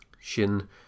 Shin